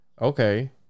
okay